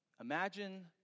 imagine